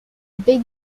big